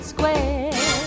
Square